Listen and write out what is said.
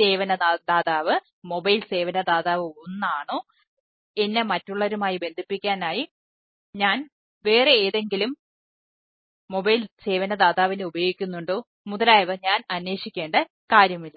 സേവന ദാതാവ് 1 ആണോ എന്നെ മറ്റൊരാളുമായി ബന്ധിപ്പിക്കാൻ ആയി ഞാൻ വേറെ ഏതെങ്കിലും മൊബൈൽ സേവനദാതാവിനെ ഉപയോഗിക്കുന്നുണ്ടോ മുതലായവ ഞാൻ അന്വേഷിക്കേണ്ട കാര്യമില്ല